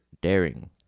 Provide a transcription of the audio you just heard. daring